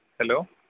hello